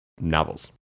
novels